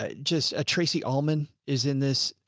ah just, ah, tracy almond is in this, ah,